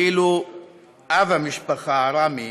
ואילו אב המשפחה, רמי,